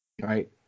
Right